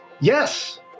yes